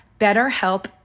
BetterHelp